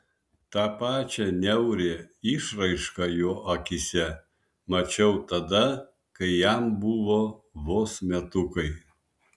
tą pačią niaurią išraišką jo akyse mačiau tada kai jam buvo vos metukai